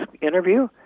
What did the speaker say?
interview